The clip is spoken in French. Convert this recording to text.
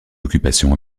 occupations